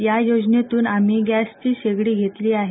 या योजनेतून आम्ही गॅसची शेगडी घेतली आहे